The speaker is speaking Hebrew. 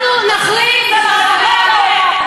אנחנו נחרים בחזרה.